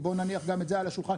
בואו נניח גם את זה על השולחן.